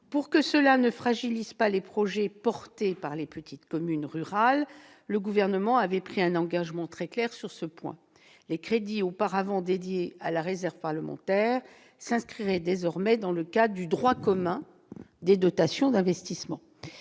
Pour que cela ne fragilise pas les projets des petites communes rurales, le Gouvernement avait pris un engagement très clair sur ce point : les crédits auparavant dédiés à la réserve parlementaire s'inscriraient désormais dans le cadre du droit commun des dotations d'investissement.